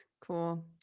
Cool